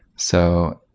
so,